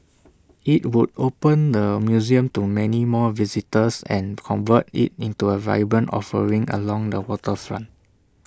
IT would open the museum to many more visitors and convert IT into A vibrant offering along the waterfront